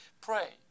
pray